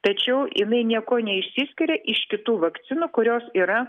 tačiau jinai niekuo neišsiskiria iš kitų vakcinų kurios yra